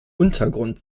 untergrund